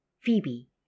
Phoebe